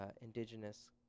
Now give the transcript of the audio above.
indigenous